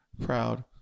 Proud